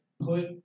put